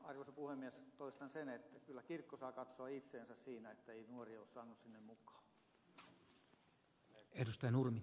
vieläkin arvoisa puhemies toistan sen että kyllä kirkko saa katsoa itseensä siinä että ei ole nuoria saanut sinne mukaan